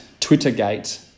Twittergate